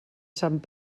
sant